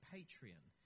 Patreon